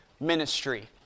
ministry